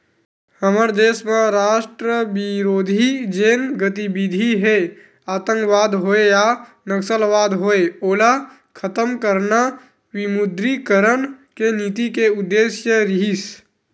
हमर देस म राष्ट्रबिरोधी जेन गतिबिधि हे आंतकवाद होय या नक्सलवाद होय ओला खतम करना विमुद्रीकरन के नीति के उद्देश्य रिहिस